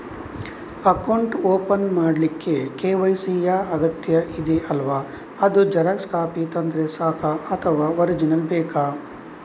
Account open ಮಾಡ್ಲಿಕ್ಕೆ KYC ಯಾ ಅಗತ್ಯ ಇದೆ ಅಲ್ವ ಅದು ಜೆರಾಕ್ಸ್ ಕಾಪಿ ತಂದ್ರೆ ಸಾಕ ಅಥವಾ ಒರಿಜಿನಲ್ ಬೇಕಾ?